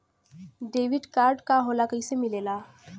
Debit card का होला कैसे मिलेला?